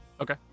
Okay